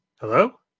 Hello